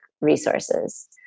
resources